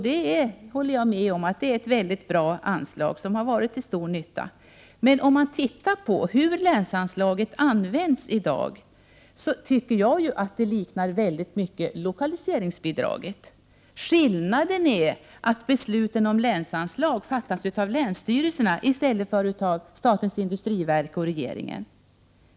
Det håller jag med om är ett mycket bra anslag. Det har varit till stor nytta. Men om man tittar på hur länsanslaget används i dag, tycker jag att det väldigt mycket liknar lokaliseringsbidraget. Skillnaden är att beslut om länsanslag fattas av länsstyrelserna i stället för av statens industriverk och regeringen.